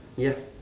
ya